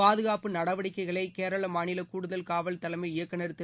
பாதுகாப்பு நடவடிக்கைகளை கேரள மாநில கூடுதல் காவல் தலைமை இயக்குநர் திரு